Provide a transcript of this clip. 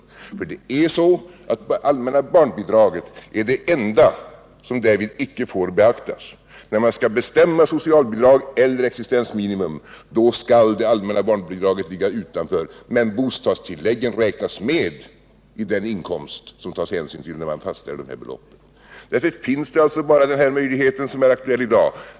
Det allmänna barnbidraget är det enda som icke får beaktas när man bestämmer socialbidrag och existensminimum. Då skall det allmänna barnbidraget ligga utanför, medan bostadstilläggen räknas med i den inkomst som tas hänsyn till när man fastställer dessa belopp. Därför finns det bara den möjlighet som är aktuell i dag.